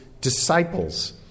disciples